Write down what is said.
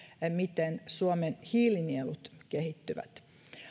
miten suomen hiilinielut kehittyvät